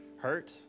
hurt